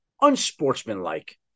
unsportsmanlike